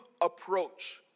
approach